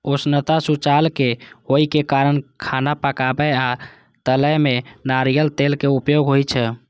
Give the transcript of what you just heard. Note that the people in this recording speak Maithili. उष्णता सुचालक होइ के कारण खाना पकाबै आ तलै मे नारियल तेलक उपयोग होइ छै